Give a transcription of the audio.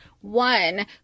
One